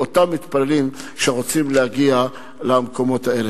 לאותם מתפללים שרוצים להגיע למקומות האלה.